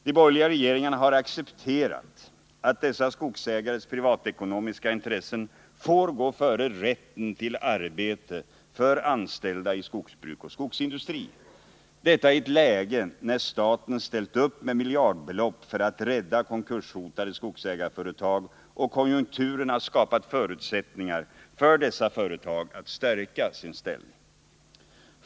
De borgerliga regeringarna har accepterat att dessa skogsägares privatekonomiska intressen får gå före rätten till arbete för anställda i skogsbruk och skogsindustri, och detta i ett läge när staten har ställt upp med miljardbelopp för att rädda konkurshotade skogsägarföretag och konjunkturerna skapat förutsättningar för dessa företag att stärka sin ställning.